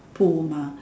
pool mah